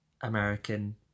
American